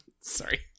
Sorry